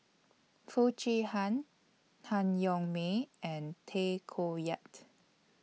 Foo Chee Han Han Yong May and Tay Koh Yat